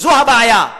זו הבעיה.